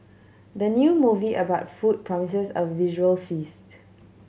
the new movie about food promises a visual feast